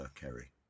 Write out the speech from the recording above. Kerry